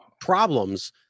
problems